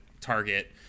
target